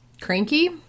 Cranky